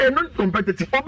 non-competitive